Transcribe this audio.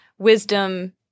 wisdom